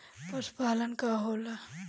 पशुपलन का होला?